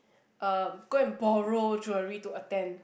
uh go and borrow jewelry to attend